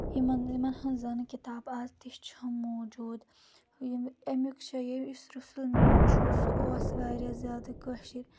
یِمن یِمَن ہٕنٛز زَن کِتاب اَز تہِ چھِ موٗجوٗد یِم اَمیُک چھُ یہِ یُس رٔسوٗل میٖر چھُ سُہ اوس واریاہ زیادٕ کٲشِر